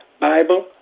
Bible